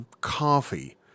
coffee